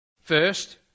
First